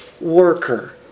worker